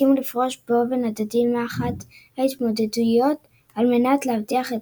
הסכימו לפרוש באופן הדדי מאחת ההתמודדויות על מנת להבטיח את